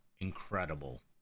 incredible